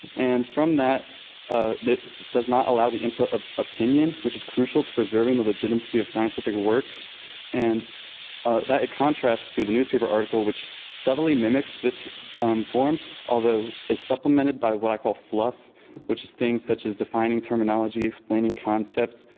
and from that ah it does not allow the input of opinion which is crucial to preserving the legitimacy of scientific work and ah that it contrasts to the newspaper article which subtly mimics this form although is supplemented by what i call fluff which is things such as defining terminology, explaining concepts,